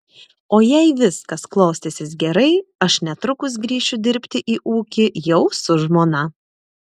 o jei viskas klostysis gerai aš netrukus grįšiu dirbti į ūkį jau su žmona